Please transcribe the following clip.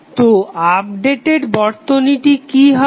তো আপডেটেড বর্তনীটি কি হবে